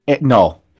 No